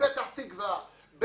פתח תקווה,